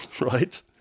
Right